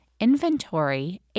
inventory